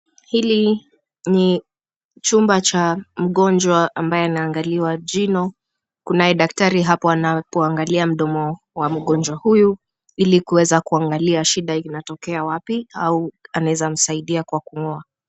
Hili ni chumba cha mgonjwa ambaye anaangaliwa jino kunaye daktari hapo anaangalia mdomo wa mgonjwa huyu ili kuweza kuangalia shida inatokea wapi au anaweza msaidia kwa kung'oa.